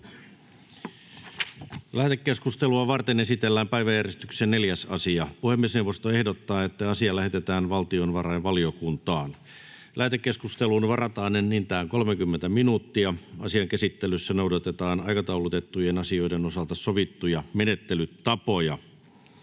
Lähetekeskustelua varten esitellään päiväjärjestyksen 4. asia. Puhemiesneuvosto ehdottaa, että asia lähetetään valtiovarainvaliokuntaan. Lähetekeskusteluun varataan enintään 30 minuuttia. Asian käsittelyssä noudatetaan aikataulutettujen asioiden osalta sovittuja menettelytapoja.